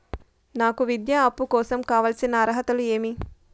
నాకు విద్యా అప్పు కోసం కావాల్సిన అర్హతలు ఏమి?